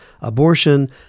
abortion